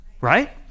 right